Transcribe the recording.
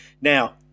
Now